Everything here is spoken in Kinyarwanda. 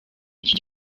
iki